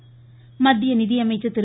பியூஷ்கோயல் மத்திய நிதியமைச்சர் திரு